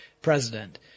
president